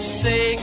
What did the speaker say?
say